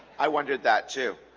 i wondered that too